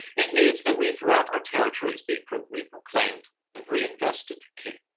it needs that we throughout our territories be reproclaimed and reinvested king.